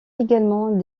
également